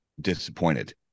disappointed